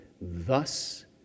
Thus